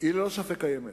היא ללא ספק קיימת,